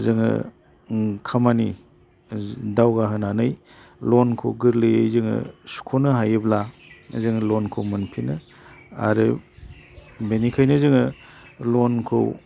जोङो खामानि दावगाहोनानै लनखौ गोरलैयै जोङो सुख'नो हायोब्ला जोङो लनखौ मोनफिनो आरो बिनिखायनो जोङो लनखौ